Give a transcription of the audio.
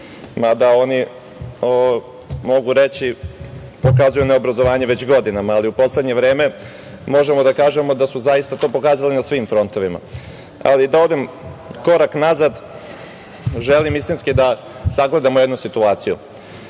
mada oni, mogu reći, pokazuju neobrazovanje već godinama, ali u poslednje vreme možemo da kažemo da su zaista to pokazali na svim frontovima. Ali, da odem korak nazad, želim istinski da sagledamo jednu situaciju. Činjenica